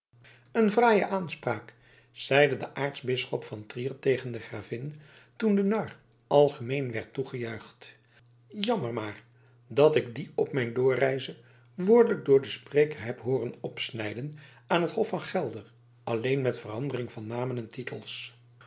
een fraaie aanspraak zeide de aartsbisschop van trier tegen de gravin toen de nar algemeen werd toegejuicht jammer maar dat ik die op mijn doorreize woordelijk door den spreker heb hooren opsnijden aan het hof van gelder alleen met verandering van namen en titels